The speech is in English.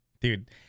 dude